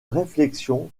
réflexion